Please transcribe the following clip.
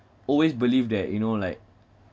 always believe that you know like